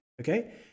okay